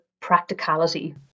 practicality